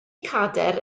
cadair